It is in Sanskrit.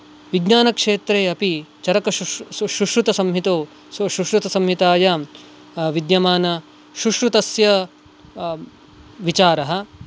विज्ञानक्षेत्रे अपि चरक सुश्रुतसंहितौ सुश्रुतसंहितायां विद्यमान सुश्रुतस्य विचारः